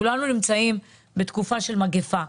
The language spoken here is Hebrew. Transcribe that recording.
כולנו נמצאים בתקופה של מגיפה.